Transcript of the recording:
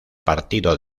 partido